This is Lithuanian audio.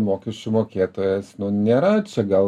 mokesčių mokėtojas nėra čia gal